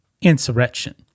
insurrection